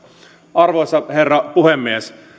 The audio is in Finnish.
arvoisa herra puhemies